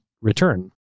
return